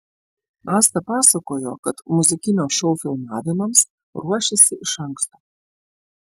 asta pasakojo kad muzikinio šou filmavimams ruošėsi iš anksto